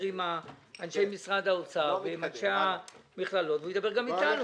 עם אנשי משרד האוצר ועם אנשי המכללות והוא ידבר גם אתנו.